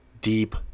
deep